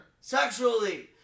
Sexually